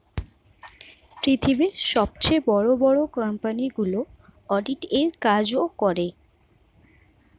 পৃথিবীর সবথেকে বড় বড় কোম্পানিগুলো অডিট এর কাজও করে